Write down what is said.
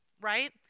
right